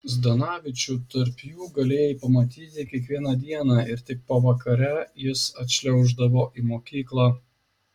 zdanavičių tarp jų galėjai pamatyti kiekvieną dieną ir tik pavakare jis atšliauždavo į mokyklą